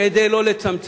כדי לא לצמצם,